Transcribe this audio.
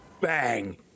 bang